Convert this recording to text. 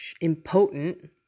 impotent